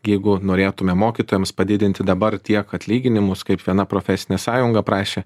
jeigu norėtume mokytojams padidinti dabar tiek atlyginimus kaip viena profesinė sąjunga prašė